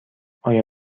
آیا